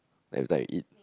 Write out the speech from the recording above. like everytime I eat